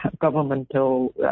governmental